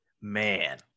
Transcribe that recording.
man